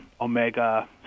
omega